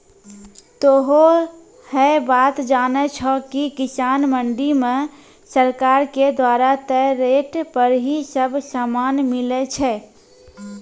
तोहों है बात जानै छो कि किसान मंडी मॅ सरकार के द्वारा तय रेट पर ही सब सामान मिलै छै